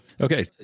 Okay